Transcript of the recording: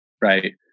right